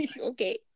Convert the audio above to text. okay